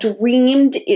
dreamed